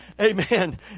amen